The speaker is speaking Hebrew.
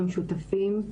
הם שותפים,